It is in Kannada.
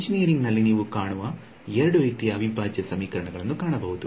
ಎಂಜಿನಿಯರಿಂಗ್ ನಲ್ಲಿ ನೀವು ಕಾಣುವ ಎರಡು ರೀತಿಯ ಅವಿಭಾಜ್ಯ ಸಮೀಕರಣಗಳನ್ನು ಕಾಣಬಹುದು